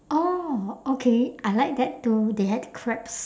oh okay I like that too they had crabs